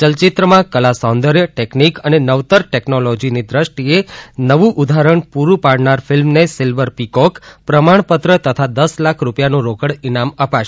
ચલચિત્રમાં કલાસૌંદર્ય ટેકનીક અને નવતર ટેકનોલોજીની દ્રષ્ટિએ નવું ઉદાહરણ પુરૂ પાડનાર ફિલ્મને સીલ્વર પિકોક પ્રમાણપત્ર તથા દસ લાખ રૂપિયાનું રોકડ ઈનામ અપાશે